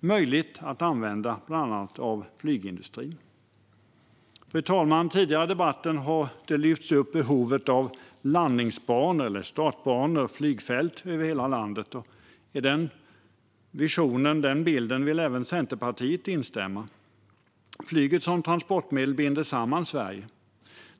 som är möjligt för bland annat flygindustrin att använda. Fru talman! Tidigare i debatten har behovet av landningsbanor - eller startbanor - och flygfält i hela landet lyfts upp. I denna vision eller bild vill även Centerpartiet instämma. Flyget som transportmedel binder samman Sverige.